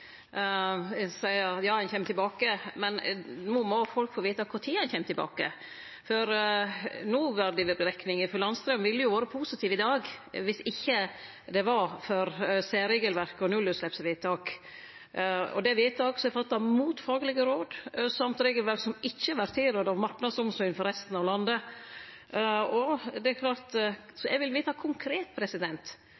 seier at han kjem tilbake, men no må folk få vite kor tid ein kjem tilbake, for noverdiberekningar for landstraum ville jo vere positive i dag viss ikkje det var for særregelverk og nullutsleppsvedtak. Det er vedtak som er fatta mot faglege råd, og eit regelverk som ikkje vart tilrådd av marknadsomsyn for resten av landet.